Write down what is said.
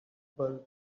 bulb